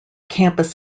campus